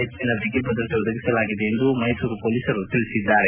ಹೆಚ್ಚಿನ ಬಿಗಿ ಭದ್ರತೆ ಒದಗಿಸಲಾಗಿದೆ ಎಂದು ಮೈಸೂರು ಪೊಲೀಸರು ತಿಳಿಸಿದ್ದಾರೆ